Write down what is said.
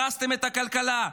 הרסתם את הכלכלה,